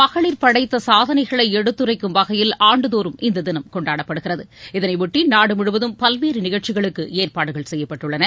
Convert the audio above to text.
மகளிர் படைத்த சாதனைகளை எடுத்துரைக்கும் வகையில் ஆண்டுதோறும் இந்த தினம் கொண்டாடப்படுகிறது இதனையொட்டி நாடு முழுவதும் பல்வேறு நிகழ்ச்சிகளுக்கு எற்பாடுகள் செய்யப்பட்டுள்ளன